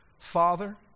Father